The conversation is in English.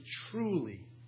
truly